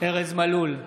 ארז מלול,